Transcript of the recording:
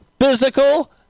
physical